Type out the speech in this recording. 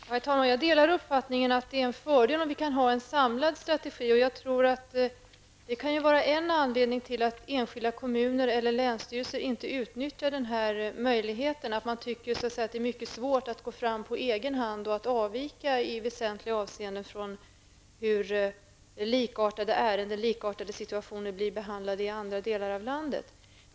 Herr talman! Jag delar uppfattningen att det är en fördel om vi kan få en samlad strategi. En anledning till att enskilda kommuner eller länsstyrelser inte utnyttjar denna möjlighet kan vara att de tycker att det är mycket svårt att gå fram på egen hand och avvika i väsentliga avseenden från hur likartade situationer blir behandlade i andra delar av landet.